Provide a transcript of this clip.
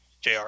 Jr